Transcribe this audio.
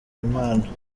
imana